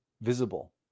visible